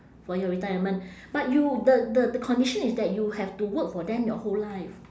for your retirement but you the the the condition is that you have to work for them your whole life